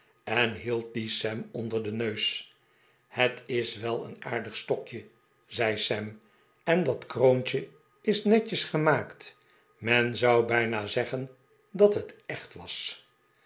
en hield dien sam onder den neus het is wel een aardig stokje zei sam en dat kroontje is netjes gemaakt men zou bijna zeggen dat het echt was